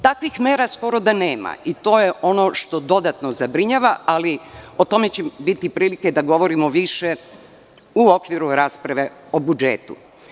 Takvih mera skoro da nema i to je ono što dodatno zabrinjava, ali o tome će biti prilike da govorimo više u okviru rasprave o budžetu.